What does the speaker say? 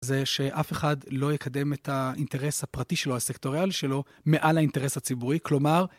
זה שאף אחד לא יקדם את האינטרס הפרטי שלו, הסקטוריאלי שלו, מעל האינטרס הציבורי, כלומר...